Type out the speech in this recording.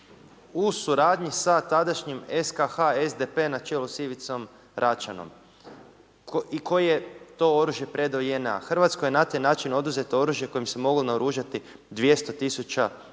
„u suradnji sa tadašnjim SKH SDP-e na čelu sa Ivicom Račanom i koji je to oružje predao JNA. Hrvatskoj je na taj način oduzeto oružje kojim se moglo naoružati 200 tisuća